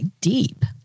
deep